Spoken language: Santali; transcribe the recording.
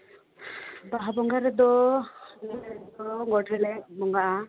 ᱵᱟᱦᱟ ᱵᱚᱸᱜᱟ ᱨᱮᱫᱚ ᱜᱚᱴ ᱨᱮᱞᱮ ᱵᱚᱸᱜᱟᱜᱼᱟ